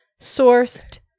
sourced